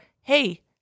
hey